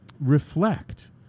reflect